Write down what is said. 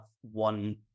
one